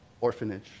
orphanage